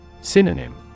Synonym